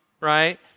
right